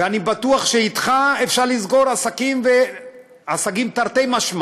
ואני בטוח שאתך אפשר לסגור עסקים, עסקים תרתי משמע